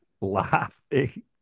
laughing